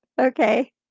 Okay